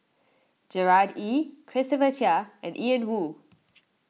Gerard Ee Christopher Chia and Ian Woo